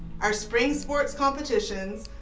our spring sports competitions,